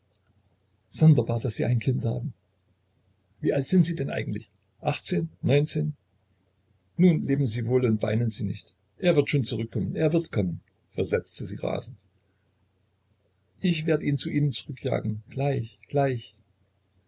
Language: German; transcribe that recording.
sonderbar daß sie ein kind haben wie alt sind sie denn eigentlich achtzehn neunzehn nun leben sie wohl und weinen sie nicht er wird schon zurückkommen er wird kommen versetzte sie rasend ich werd ihn zu ihnen zurückjagen gleich gleich